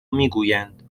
میگویند